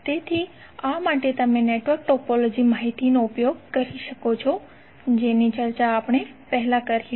તેથી આ માટે તમે નેટવર્ક ટોપોલોજી માહિતી નો ઉપયોગ કરી શકો છો જેની ચર્ચા આપણે પહેલાં કરી હતી